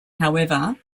however